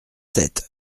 sept